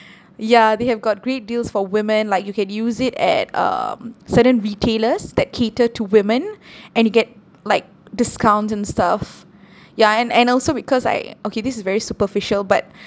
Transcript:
ya they have got great deals for women like you can use it at um certain retailers that cater to women and get like discounts and stuff ya and and also because I okay this is very superficial but